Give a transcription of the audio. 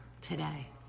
today